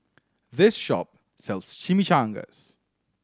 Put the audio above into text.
this shop sells Chimichangas